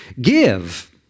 Give